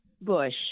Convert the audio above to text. bush